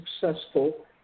successful